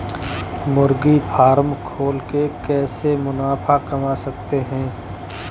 मुर्गी फार्म खोल के कैसे मुनाफा कमा सकते हैं?